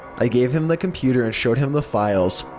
i gave him the computer and showed him the files.